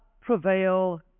prevail